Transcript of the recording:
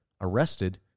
arrested